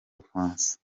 bufaransa